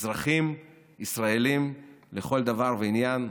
אזרחים ישראלים לכל דבר ועניין.